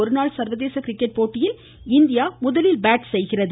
ஒருநாள் சர்வதேச கிரிக்கெட் போட்டியில் இந்தியா முதலில் பேட்செய்கிறது